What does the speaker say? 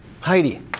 Heidi